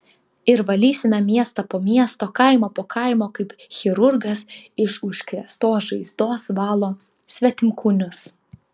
ir valysime miestą po miesto kaimą po kaimo kaip chirurgas iš užkrėstos žaizdos valo svetimkūnius